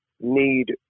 need